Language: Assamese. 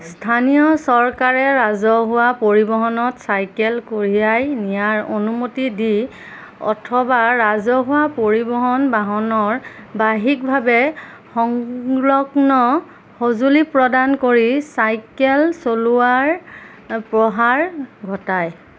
স্থানীয় চৰকাৰে ৰাজহুৱা পৰিৱহণত চাইকেল কঢ়িয়াই নিয়াৰ অনুমতি দি অথবা ৰাজহুৱা পৰিৱহণ বাহনৰ বাহ্যিকভাৱে সংলগ্ন সঁজুলি প্ৰদান কৰি চাইকেল চলোৱাৰ প্ৰৰ ঘটায়